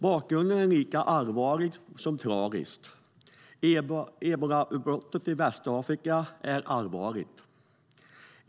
Bakgrunden är lika allvarlig som tragisk. Ebolautbrottet i Västafrika är allvarligt.